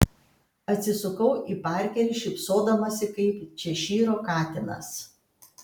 atsisukau į parkerį šypsodamasi kaip češyro katinas